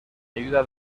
ayuda